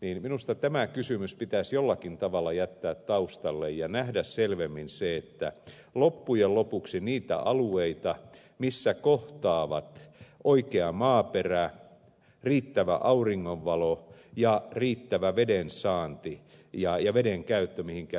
niin minusta tämä kysymys pitäisi jollakin tavalla jättää taustalle ja nähdä selvemmin se että loppujen lopuksi on vähän niitä alueita missä kohtaavat oikea maaperä riittävä auringonvalo ja riittävä vedensaanti ja vedenkäyttö mihinkä ed